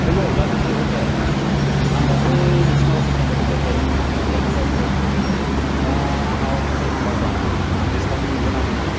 हेल' लाजिसु हतेल आं दाख्लै नोंसोरनाव सानफ्रामबो थांबाय थायोमोनना दाख्लैनिफ्रायनो दा आंनाव टकेन नाम्बार दं आं डिसकाउण्ड मोनगोना मोना